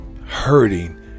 hurting